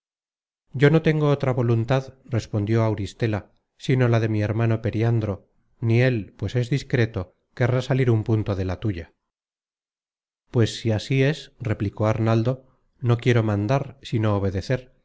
yo no tengo otra voluntad respondió auristela sino la de mi hermano periandro ni él pues es discreto querrá salir un punto de la tuya content from google book search generated at pues si así es replicó arnaldo no quiero mandar sino obedecer